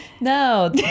no